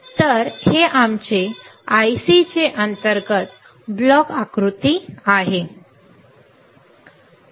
तर हे आमचे IC चे अंतर्गत ब्लॉक आकृती आहे